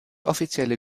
offizielle